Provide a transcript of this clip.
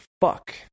fuck